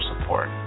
support